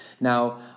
Now